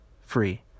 free